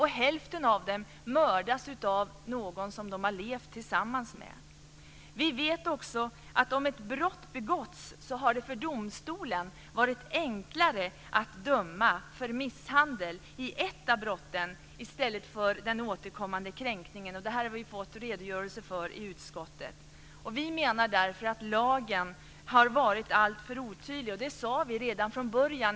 Hälften av dem mördas av någon som de har levt tillsammans med. Vi vet också att när brott begåtts har det för domstolen varit enklare att döma för misshandel i ett av brotten i stället för för den återkommande kränkningen. Detta har vi fått en redogörelse för i utskottet. Vi menar att lagen har varit alltför otydlig. Det sade vi redan från början.